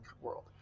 world